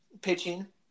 pitching